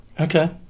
Okay